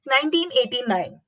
1989